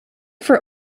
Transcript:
for